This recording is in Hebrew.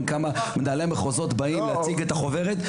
כמה מנהלי מחוזות באים להציג את החוברת,